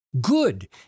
good